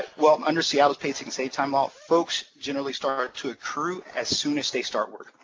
well, under seattle's paid sick and safe time law, folks generally start to accrue as soon as they start work,